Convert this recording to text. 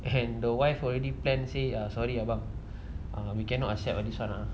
and the wife already plan say uh sorry abang err we cannot accept ah this [one] ah